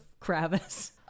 Kravis